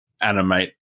animate